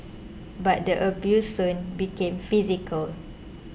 but the abuse soon became physical